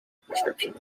prescription